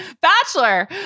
bachelor